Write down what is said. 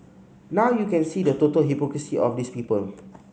now you can see the total hypocrisy of these people